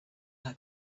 her